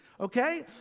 okay